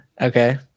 Okay